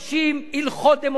משתבש שלטון,